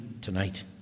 tonight